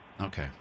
Okay